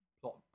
plot